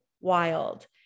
wild